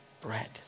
bread